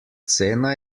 cena